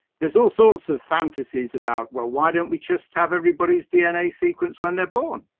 there's all sorts of fantasies about, well, why don't we just have everybody's dna sequence when they're born.